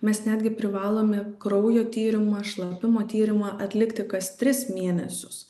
mes netgi privalome kraujo tyrimą šlapimo tyrimą atlikti kas tris mėnesius